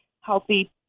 healthy